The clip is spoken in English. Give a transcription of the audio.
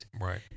Right